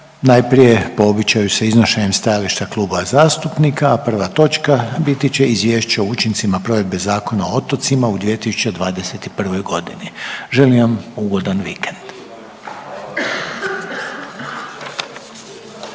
Najprije po običaju sa iznošenjem stajališta klubova zastupnika, a prva točka biti će Izvješće o učincima provedbe Zakona o otocima u 2021. godini. Želim vam ugodan vikend!